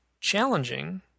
challenging